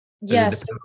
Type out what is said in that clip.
Yes